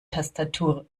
tastatur